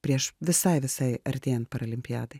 prieš visai visai artėjant paralimpiadai